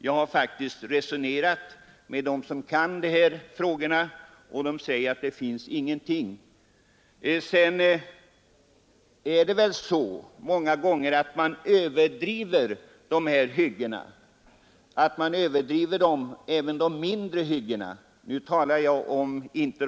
Jag har resonerat med dem som är insatta i dessa frågor och fått uppgiften bekräftad. Många gånger tycker jag att man överdriver när man talar om dessa hyggen, medelstora och mindre.